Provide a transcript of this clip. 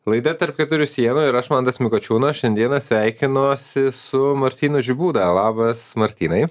laida tarp keturių sienų ir aš mantas mikočiūnas šiandieną sveikinuosi su martynu žibūda labas martynai